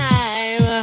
Time